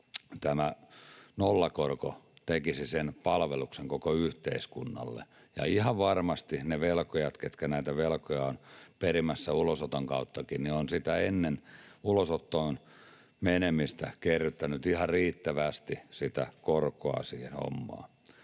tämä nollakorko tekisi sen palveluksen koko yhteiskunnalle... Ja ihan varmasti ne velkojat, ketkä näitä velkoja ovat perimässä ulosoton kauttakin, ovat ennen sitä ulosottoon menemistä kerryttäneet ihan riittävästi sitä korkoa siihen hommaan.